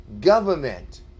government